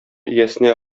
иясенә